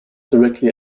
directly